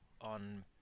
on